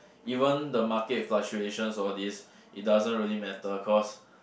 even the market fluctuation all these it doesn't really matter cause